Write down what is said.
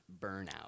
burnout